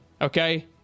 Okay